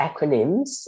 acronyms